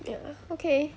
okay